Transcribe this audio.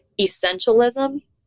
essentialism